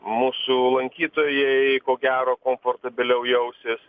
mūsų lankytojai ko gero komfortabiliau jaustis